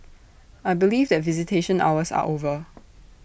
I believe that visitation hours are over